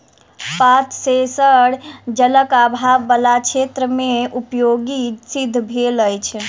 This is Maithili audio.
पात सेंसर जलक आभाव बला क्षेत्र मे उपयोगी सिद्ध भेल अछि